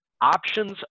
options